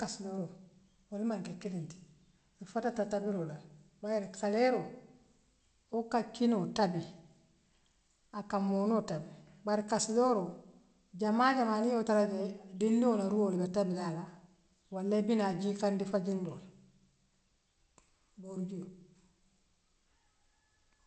Niŋ kassulooro woolu maŋ ke kiliŋ ti nfatfa tabiroo la waaye kaleeroo wool ka kinoo tabi aka moonoo tabi bare kassulooro jamaa jamma niŋ ye woo tara jee dindiŋoo la ruwoo labe tabila'ale wala ibinaale jii kandi fajindiroola booru jioo.